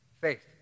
Faith